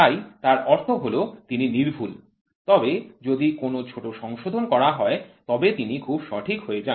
তাই তার অর্থ হল তিনি সূক্ষ্ম তবে যদি কোনও ছোট সংশোধন করা হয় তবে তিনি খুব সঠিক হয়ে যান